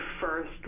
first